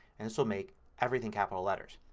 and this will make everything capital letters.